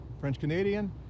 French-Canadian